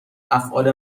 افعال